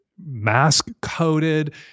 mask-coated